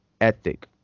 ethic